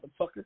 motherfucker